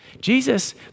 Jesus